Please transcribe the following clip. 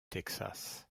texas